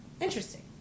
interesting